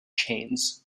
chains